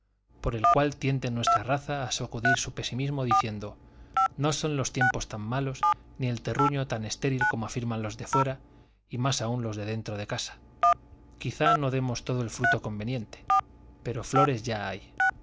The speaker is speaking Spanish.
por el cual tiende nuestra raza a sacudir su pesimismo diciendo no son los tiempos tan malos ni el terruño tan estéril como afirman los de fuera y más aún los de dentro de casa quizás no demos todo el fruto conveniente pero flores ya hay